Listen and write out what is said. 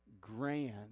grand